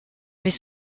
mais